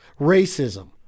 racism